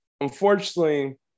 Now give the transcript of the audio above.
unfortunately